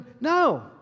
no